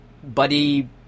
buddy